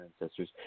ancestors